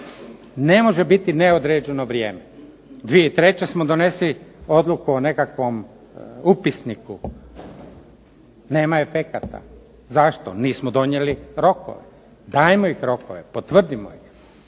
Ne može biti neodređeno vrijeme. 2003. smo donosili odluku o nekakvom upisniku. Nema efekata. Zašto? Nismo donijeli rokove. Dajmo rokove, potvrdimo ih.